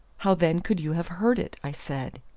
how then could you have heard it? i said.